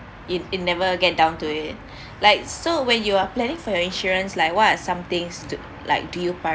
it it never get down to it like so when you are planning for your insurance like what are some things to like do you